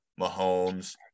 Mahomes